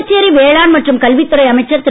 புதுச்சேரி வேளாண் மற்றும் கல்வித்துறை அமைச்சர் திரு